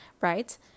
right